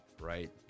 right